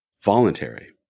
voluntary